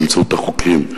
באמצעות החוקים.